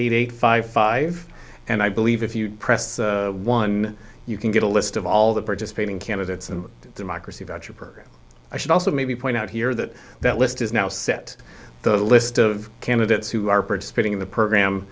eight eight five five and i believe if you press one you can get a list of all the participating candidates and democracy about your program i should also maybe point out here that that list is now set the list of candidates who are participating in the program